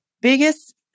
biggest